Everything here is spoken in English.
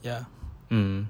ya um